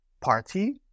party